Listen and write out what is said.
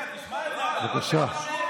בבקשה.